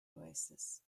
oasis